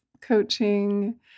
coaching